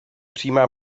přímá